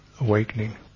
awakening